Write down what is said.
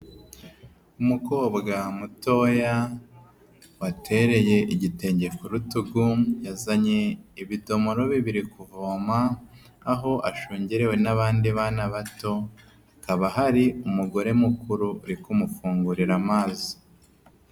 Umukobwa mutoya watereye igitenge ku rutugu, yazanye ibidomoro bibiri kuvoma aho ashungerewe n'abandi bana bato hakaba hari umugore mukuru uri kumufungurira amazi.